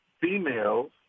females